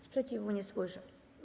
Sprzeciwu nie słyszę.